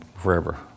forever